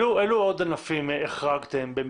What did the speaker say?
אלו עוד ענפים החרגתם?